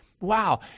Wow